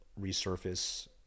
resurface